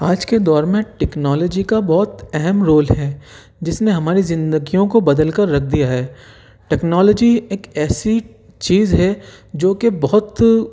آج کے دور میں ٹیکنالوجی کا بہت اہم رول ہے جس نے ہماری زندگیوں کو بدل کر رکھ دیا ہے ٹیکنالوجی ایک ایسی چیز ہے جو کہ بہت